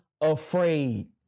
afraid